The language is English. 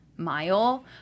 Mile